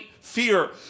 fear